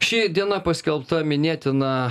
ši diena paskelbta minėtina